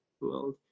world